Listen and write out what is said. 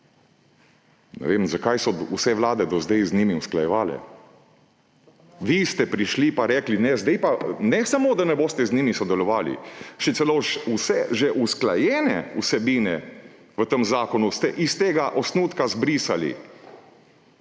Ne vem, zakaj so vse vlade do zdaj z njimi usklajevale. Vi ste prišli pa rekli ne. Zdaj pa ne samo, da ne boste z njimi sodelovali, še celo vse že usklajene vsebine v tem zakonu ste iz tega osnutka zbrisali